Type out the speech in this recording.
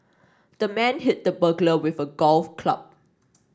the man hit the burglar with a golf club